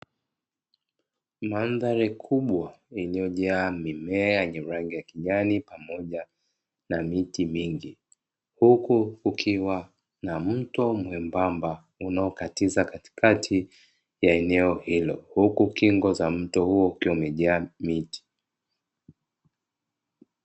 Mandhari kubwa iliyojaa mimea yenye rangi ya kijani pamoja na miti mingi huku ukiwa na mto mwembamba unaokatiza katikati ya eneo hilo, huku kingo za mto huo ikiwa imejaa miti.